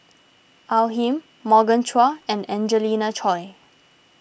Al Lim Morgan Chua and Angelina Choy